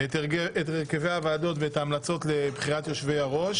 הרכבי הוועדות וההמלצות לבחירת יושבי-ראש